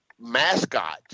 mascot